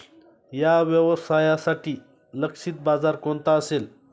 या व्यवसायासाठी लक्षित बाजार कोणता असेल?